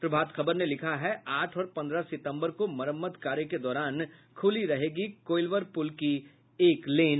प्रभात खबर ने लिखा है आठ और पन्द्रह सितम्बर को मरम्मत कार्य के दौरान खुली रहेगी कोइलवर पुल की एक लेन